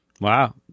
Wow